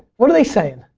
what are they saying?